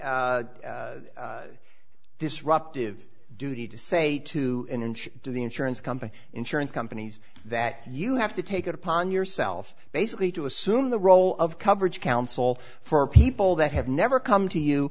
disruptive duty to say to an inch to the insurance companies insurance companies that you have to take it upon yourself basically to assume the role of coverage council for people that have never come to you